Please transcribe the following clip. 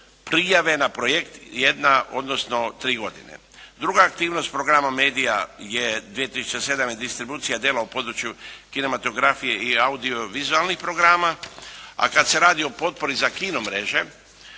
prijave na projekt, jedna, odnosno tri godine. Druga aktivnost Programa Media 2007. je distribucija djela u području kinematografije i audio-vizualnih programa, a kad se radi o potpori za kino mreže,